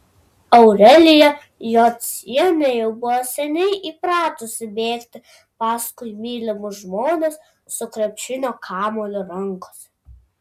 aurelija jocienė jau buvo seniai įpratusi bėgti paskui mylimus žmones su krepšinio kamuoliu rankose